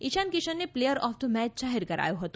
ઇશાન કિશનને player of the match જાહેર કરાયો હતો